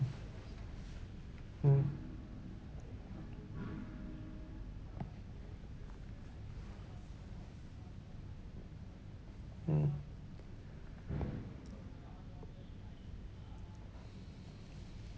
mm mm